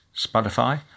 Spotify